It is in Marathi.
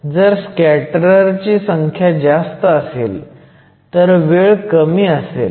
जर स्कॅटररची संख्या जास्त असेल तर वेळ कमी असेल